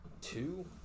two